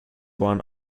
one